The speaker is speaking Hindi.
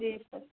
जी सर